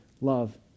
love